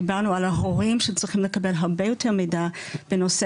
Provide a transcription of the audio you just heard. דיברנו על ההורים שצריכים לקבל הרבה יותר מידע בנושא,